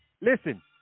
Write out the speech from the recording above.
listen